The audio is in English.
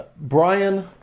Brian